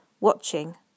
watching